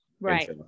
Right